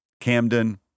Camden